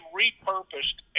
repurposed